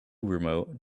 remote